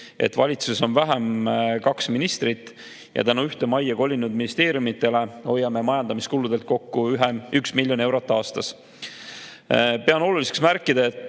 et valitsuses on vähem kaks ministrit ja tänu ühte majja kolinud ministeeriumidele hoiame majandamiskuludelt kokku 1 miljon eurot aastas. Pean oluliseks märkida, et